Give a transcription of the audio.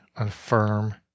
unfirm